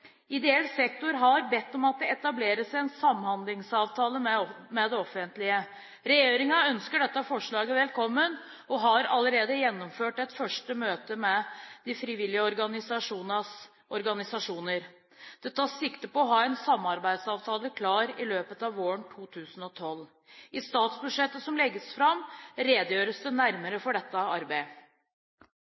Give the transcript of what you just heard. Ideell sektor har bedt om at det etableres en samhandlingsavtale med det offentlige. Regjeringen ønsker dette forslaget velkommen og har allerede gjennomført et første møte med de frivillige organisasjonenes organisasjoner. Det tas sikte på å ha en samarbeidsavtale klar i løpet av våren 2012. I statsbudsjettet som legges fram, redegjøres det nærmere for dette arbeidet.